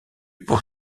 pour